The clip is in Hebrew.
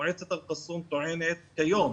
מועצת אל קסום טוענת כיום